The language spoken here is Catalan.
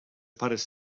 pares